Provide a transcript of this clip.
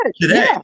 today